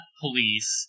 police